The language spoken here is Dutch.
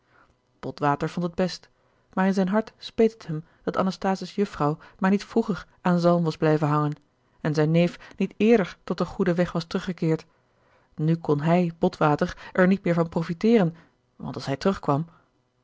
botwater vond het best maar in zijn hart speet het hem dat anasthase's jufvrouw maar niet vroeger aan zalm was blijven hangen en zijn neef niet eerder tot den goeden weg was teruggekeerd nu kon hij botwater er niet meer van profiteren want als hij terugkwam